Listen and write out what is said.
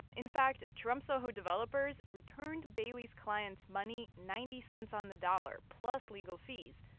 in fact, trump soho developers returned bailey's clients' money ninety cents on the dollar plus legal fees,